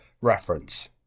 reference